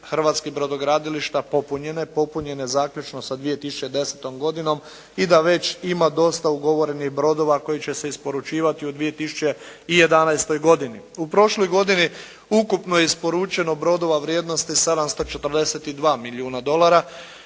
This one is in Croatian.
hrvatskih brodogradilišta popunjene, popunjene zaključno sa 2010. godinom i da ima već dosta ugovorenih brodova koji će se isporučivati u 2011. godini. U prošloj godini ukupno je isporučeno brodova vrijednosti 742 milijuna dolara